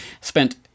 spent